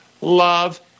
love